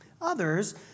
Others